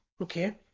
Okay